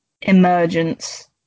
emergence